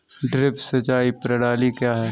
Drip सिंचाई प्रणाली क्या है?